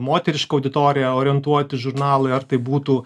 moterišką auditoriją orientuoti žurnalai ar tai būtų